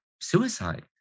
suicide